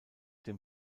dem